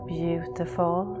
beautiful